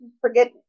forget